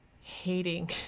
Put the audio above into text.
hating